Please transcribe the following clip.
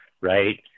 right